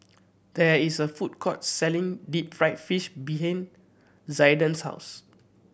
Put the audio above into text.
there is a food court selling deep fried fish behind Zaiden's house